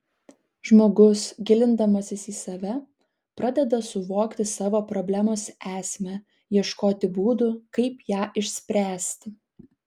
žmogus gilindamasis į save pradeda suvokti savo problemos esmę ieškoti būdų kaip ją išspręsti